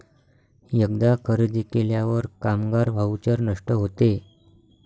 एकदा खरेदी केल्यावर कामगार व्हाउचर नष्ट होते